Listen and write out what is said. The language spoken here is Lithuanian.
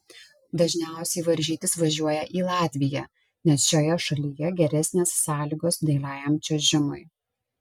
dažniausiai varžytis važiuoja į latviją nes šioje šalyje geresnės sąlygos dailiajam čiuožimui